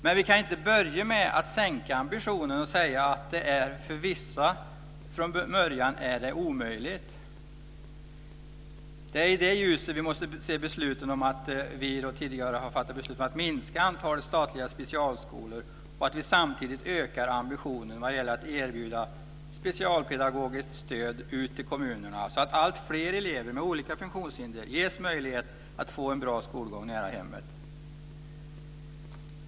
Men vi kan inte börja med att sänka ambitionen och säga från början att det är omöjligt för vissa. Det är i det ljuset vi måste se de beslut vi tidigare fattat om att minska antalet statliga specialskolor. Samtidigt ökar vi ambitionen vad gäller att erbjuda specialpedagogiskt stöd till kommunerna så att alltfler elever med olika funktionshinder ges möjlighet att få en bra skolgång nära hemmet.